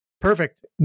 perfect